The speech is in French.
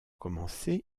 commencer